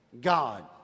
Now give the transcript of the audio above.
God